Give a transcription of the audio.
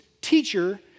teacher